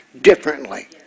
differently